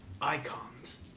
Icons